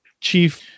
chief